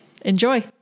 Enjoy